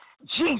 Jesus